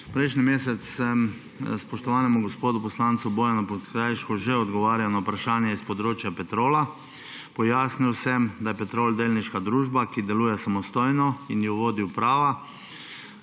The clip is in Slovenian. Prejšnji mesec sem spoštovanemu gospodu poslancu Bojanu Podkrajšku že odgovarjal na vprašanje s področja Petrola. Pojasnil sem, da je Petrol delniška družba, ki deluje samostojno in jo vodi uprava.